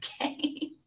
okay